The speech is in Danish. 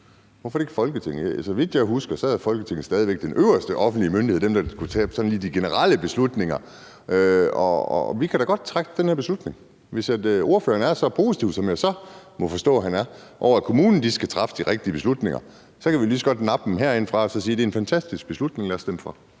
Hvorfor er det ikke Folketinget? Så vidt jeg husker, er Folketinget stadig væk den øverste offentlige myndighed – dem, der kunne tage sådan de generelle beslutninger. Vi kan da godt træffe den her beslutning. Hvis ordføreren er så positiv, som jeg så må forstå han er, over for, at kommunen skal træffe de rigtige beslutninger, så kan vi jo lige så godt nappe den herindefra og sige: Det er en fantastisk beslutning, lad os stemme for.